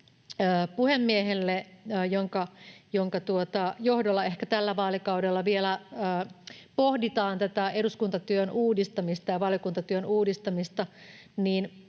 puhemiehelle, jonka johdolla ehkä vielä tällä vaalikaudella pohditaan tätä eduskuntatyön uudistamista ja valiokuntatyön uudistamista,